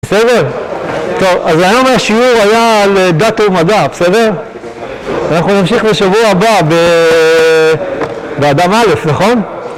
בסדר? טוב, אז היום השיעור היה על דת ומדע, בסדר? אנחנו נמשיך בשבוע הבא באדר א', נכון?